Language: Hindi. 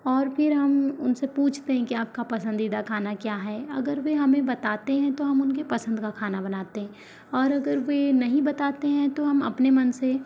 और फिर हम उनसे पूछते हैं कि आपका पसंदीदा खाना क्या है अगर वें हमें बताते हैं तो हम उनके पसंद का खाना बनाते हैं और अगर वे नहीं बताते हैं तो हम अपने मन से